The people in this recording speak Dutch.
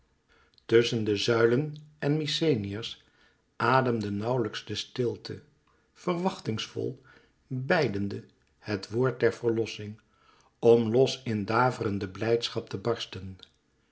tusschen de zuilen en mykenæërs ademde nauwlijks de stilte verwachtingsvol beidende het woord der verlossing om los in daverende blijdschap te barsten